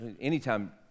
anytime